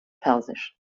persisch